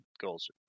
goals